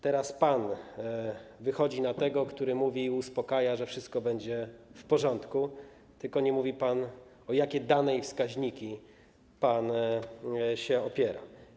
Teraz pan wychodzi na tego, który mówi i uspokaja, że wszystko będzie w porządku, tylko nie mówi pan, na jakich danych i wskaźnikach pan się opiera.